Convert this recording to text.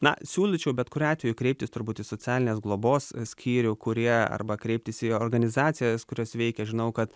na siūlyčiau bet kuriuo atveju kreiptis turbūt į socialinės globos skyrių kurie arba kreiptis į organizacijas kurios veikia žinau kad